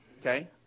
Okay